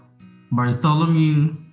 Bartholomew